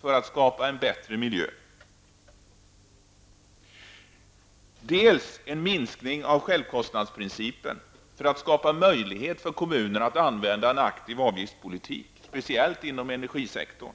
för att skapa en bättre miljö, dels för att skapa en minskning av självkostnadsprincipen som gör det möjligt för kommuner att använda en aktiv avgiftspolitik, speciellt inom energisektorn.